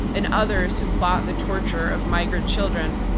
and others who plot the torture of migrant children.